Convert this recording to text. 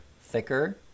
thicker